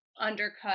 undercut